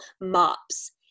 mops